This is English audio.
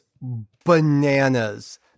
bananas